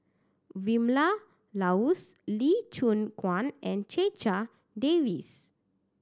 Vilma Laus Lee Choon Guan and Checha Davies